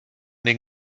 den